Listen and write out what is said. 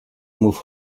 move